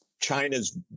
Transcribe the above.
China's